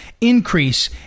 increase